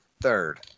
Third